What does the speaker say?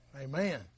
Amen